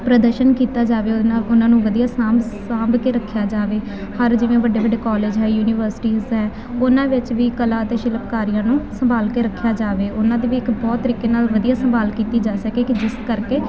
ਪ੍ਰਦਰਸ਼ਨ ਕੀਤਾ ਜਾਵੇ ਉਹਦੇ ਨਾਲ ਉਹਨਾਂ ਨੂੰ ਵਧੀਆ ਸਾਂਭ ਸਾਂਭ ਕੇ ਰੱਖਿਆ ਜਾਵੇ ਹਰ ਜਿਵੇਂ ਵੱਡੇ ਵੱਡੇ ਕਾਲਜ ਹੈ ਯੂਨੀਵਰਸਿਟੀਜ ਹੈ ਉਹਨਾਂ ਵਿੱਚ ਵੀ ਕਲਾ ਅਤੇ ਸ਼ਿਲਪਕਾਰੀਆਂ ਨੂੰ ਸੰਭਾਲ ਕੇ ਰੱਖਿਆ ਜਾਵੇ ਉਹਨਾਂ ਦੇ ਵੀ ਇੱਕ ਬਹੁਤ ਤਰੀਕੇ ਨਾਲ ਵਧੀਆ ਸੰਭਾਲ ਕੀਤੀ ਜਾ ਸਕੇ ਕਿ ਜਿਸ ਕਰਕੇ